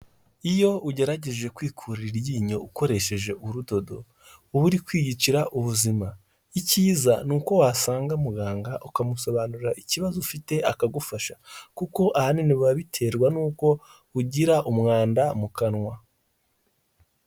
Iyo ugerageje kwikurira iryinyo ukoresheje urudodo uba uri kwiyicira ubuzima icyiza ni uko wasanga muganga ukamusobanurira ikibazo ufite akagufasha kuko ahanini biba biterwa n'uko ugira umwanda mu kanwa.